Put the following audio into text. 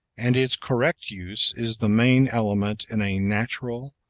and its correct use is the main element in a natural,